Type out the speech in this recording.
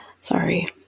Sorry